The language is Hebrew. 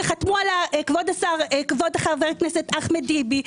שחתמו עליה כבוד חבר הכנסת אחמד טיבי,